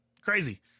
crazy